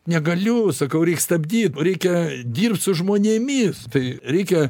negaliu sakau reik stabdyt reikia dirbt su žmonėmis tai reikia